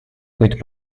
kuid